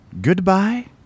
Goodbye